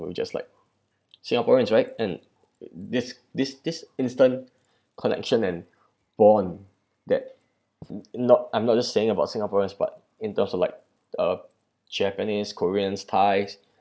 we're just like singaporeans right and this this this instant connection and bond that not I'm not just saying about singaporeans but in terms of like uh japanese koreans thais